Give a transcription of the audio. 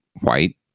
white